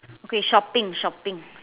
okay shopping shopping